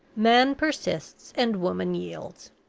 man persists, and woman yields.